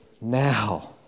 now